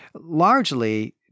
largely